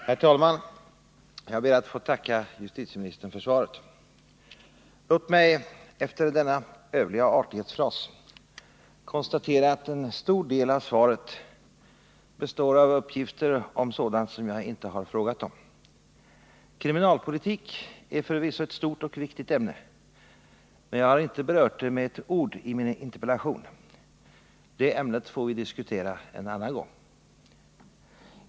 Herr talman! Jag ber att få tacka justitieministern för svaret. Låt mig efter denna övliga artighetsfras konstatera att en stor del av svaret består av uppgifter om sådant som jag inte har frågat om. Kriminalpolitik är förvisso ett stort och viktigt ämne, men jag har inte med ett ord berört det i min interpellation. Det ämnet får vi diskutera en annan gång.